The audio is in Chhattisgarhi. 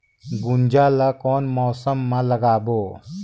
गुनजा ला कोन मौसम मा लगाबो?